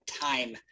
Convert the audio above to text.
time